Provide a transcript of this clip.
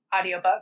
audiobook